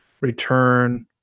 return